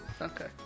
Okay